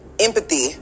empathy